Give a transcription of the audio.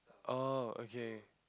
oh okay